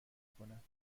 کند